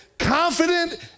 Confident